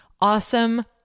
Awesome